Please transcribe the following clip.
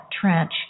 trench